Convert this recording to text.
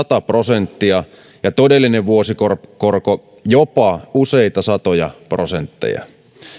prosenttia ja todellinen vuosikorko jopa useita satoja prosentteja korkokattoa asetettaessa